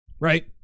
Right